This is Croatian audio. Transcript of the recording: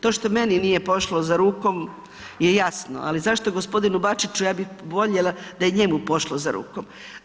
To što meni nije pošlo za rukom je jasno, ali zašto g. Bačiću, ja bih voljela da je njemu pošlo za rukom.